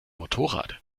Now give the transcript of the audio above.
motorrad